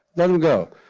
let him go.